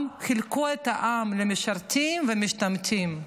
חילקו את העם למשרתים ולמשתמטים,